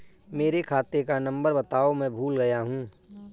मेरे खाते का नंबर बताओ मैं भूल गया हूं